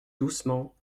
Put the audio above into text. doucement